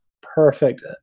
perfect